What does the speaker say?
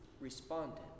responded